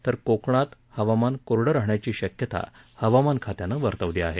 तर कोकण गोव्यात हवामान कोरडे राहण्याची शक्यता हवामान खात्यानं वर्तवली आहे